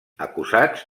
acusats